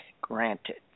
Granted